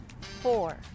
Four